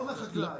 לא מהחקלאי.